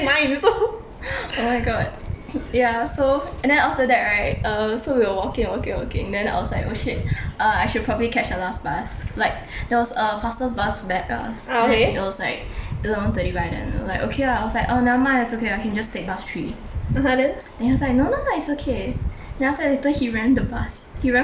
oh my god ya so and then after that right err so we were walking and walking and walking then I was like oh shit err I should probably catch the last bus like there was a fastest bus back uh so it was like eleven thirty by then like okay lah I was like oh nevermind it's okay I can just take bus three then he was like no lah it's okay then after that later he ran the bus he ran for the bus